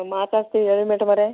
ಮಾತಾಡ್ತಿದಿನಿ ಹೇಳಿ ಮೇಡಮ್ಮೋರೆ